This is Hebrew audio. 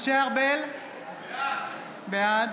משה ארבל, בעד